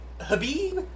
Habib